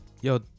yo